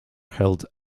held